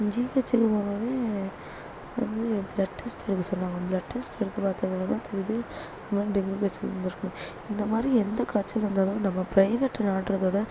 ஜிஹெச்சுக்கு போனவுடனே வந்து blood test எடுக்க சொன்னாங்க ப்ளட் டெஸ்ட் எடுத்து பார்த்ததுக்கு அப்புறம் தான் தெரியுது இந்த மாதிரி டெங்கு காய்ச்சல் இருந்து இருக்கும்னு இந்த மாதிரி எந்த காய்ச்சல் வந்தாலும் நம்ம பிரைவேட்டை நாடுறத விட